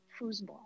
foosball